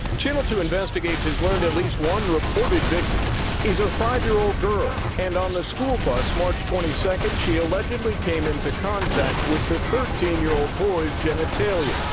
channel two investigates has learned at least one reported victim is a five year old girl, and on the school bus, march twenty second, she allegedly came into contact with the thirteen year old boy's genitalia.